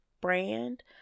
brand